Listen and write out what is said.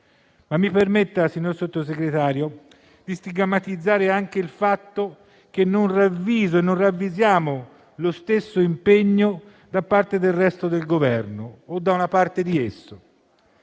Mi permetta, signor Sottosegretario, di stigmatizzare anche il fatto che non ravviso e non ravvisiamo lo stesso impegno da parte del resto del Governo o da una parte di esso.